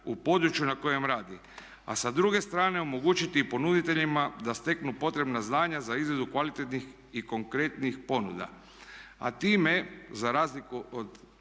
u području na kojem radi, a sa druge strane omogućiti ponuditeljima da steknu potrebna znanja za izradu kvalitetnih i konkretnih ponuda. A time, za razliku od